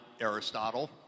Aristotle